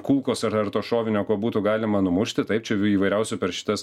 kulkos ar ar to šovinio ko būtų galima numušti taip čia įvairiausių per šitas